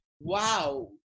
wow